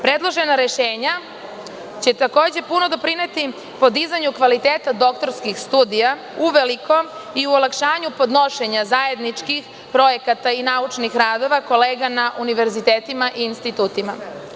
Predložena rešenja će takođe puno doprineti podizanju kvaliteta doktorskih studija uveliko i u olakšanju podnošenja zajedničkih projekata i naučnih radova kolega na univerzitetima i institutima.